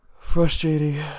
Frustrating